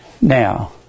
Now